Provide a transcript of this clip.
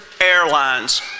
Airlines